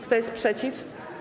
Kto jest przeciw?